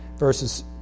Verses